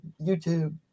YouTube